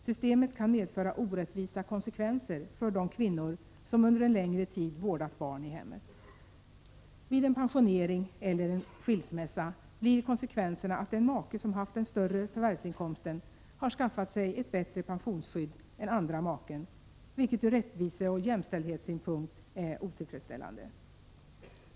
Systemet kan medföra orättvisa konsekvenser för de kvinnor som under en längre tid vårdat barn i hemmet. Vid en pensionering eller skilsmässa blir konsekvenserna att den make som haft den större förvärvsinkomsten har skaffat sig ett bättre pensionsskydd än andra maken, vilket från rättviseoch jämställdhetssynpunkt är otillfredsställande.